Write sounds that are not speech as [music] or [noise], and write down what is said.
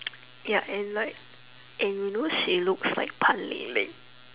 [noise] ya and like and you know she looks like pan-ling-ling